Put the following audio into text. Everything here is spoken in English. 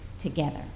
together